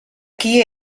qui